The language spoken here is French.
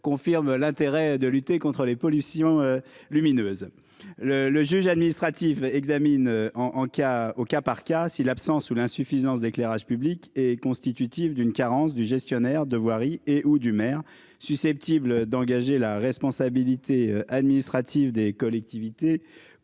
confirme l'intérêt de lutter contre les pollutions lumineuses le le juge administratif examine en en cas, au cas par cas, si l'absence ou l'insuffisance d'éclairage public est constitutif d'une carence du gestionnaires de voirie et ou du maire susceptible d'engager la responsabilité administrative des collectivités